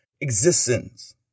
existence